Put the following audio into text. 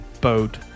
boat